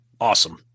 Awesome